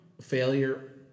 failure